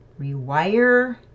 rewire